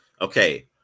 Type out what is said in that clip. Okay